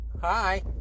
hi